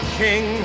king